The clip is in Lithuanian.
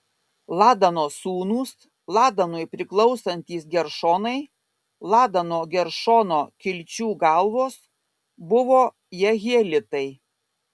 ladano sūnūs ladanui priklausantys geršonai ladano geršono kilčių galvos buvo jehielitai